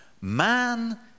Man